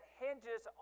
hinges